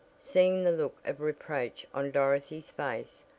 seeing the look of reproach on dorothy's face.